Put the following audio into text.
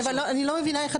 שהוא יוכל מה שנקרא לאמץ אותה